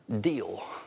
deal